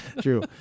true